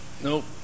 Nope